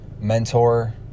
mentor